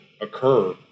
occur